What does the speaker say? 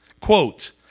Quote